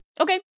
Okay